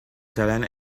italian